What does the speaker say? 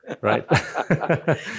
right